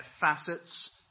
facets